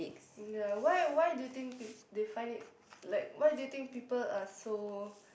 ya why why do you think peo~ they find it like why do you think people are so